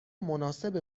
مناسب